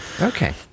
okay